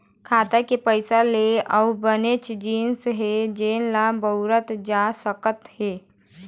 खाता के पइसा ले अउ बनेच जिनिस हे जेन ल बउरे जा सकत हे